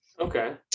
okay